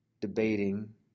debating